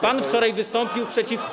Pan wczoraj wystąpił przeciwko.